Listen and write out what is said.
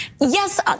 Yes